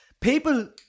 People